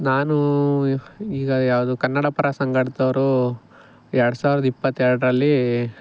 ನಾನು ಈಗ ಯಾವುದು ಕನ್ನಡ ಪರ ಸಂಘಟ್ದವ್ರು ಎರಡು ಸಾವಿರದ ಇಪ್ಪತ್ತೆರಡರಲ್ಲಿ